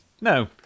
No